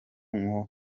nko